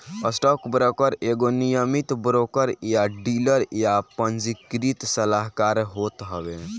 stockbroker एगो नियमित broker या डीलर या पंजीकृत सलाहकार होत हवे